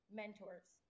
mentors